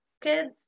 kids